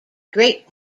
great